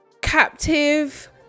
captive